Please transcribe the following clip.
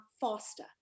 faster